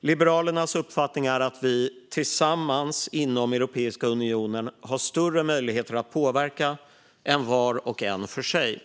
Liberalernas uppfattning är att vi tillsammans inom Europeiska unionen har större möjligheter att påverka än var och en för sig.